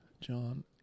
John